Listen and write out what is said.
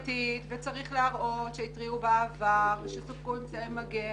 מכיוון שלהערכתי --- וצריך להראות שהתריעו בעבר ושסופקו אמצעי מגן